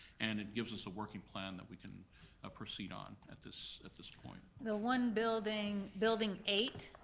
and it gives us a working plan that we can ah proceed on at this at this point. the one building, building eight,